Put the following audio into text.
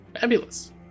Fabulous